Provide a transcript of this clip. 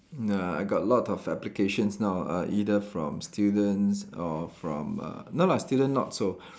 nah I got a lot of applications now uh either from students or from uh no lah students not so